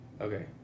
okay